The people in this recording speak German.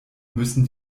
müssen